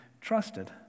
trusted